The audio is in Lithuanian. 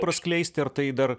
praskleisti ar tai dar